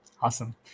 Awesome